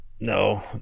No